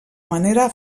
manera